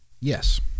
yes